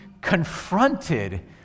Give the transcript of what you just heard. confronted